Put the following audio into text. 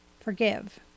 forgive